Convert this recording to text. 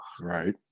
Right